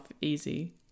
easy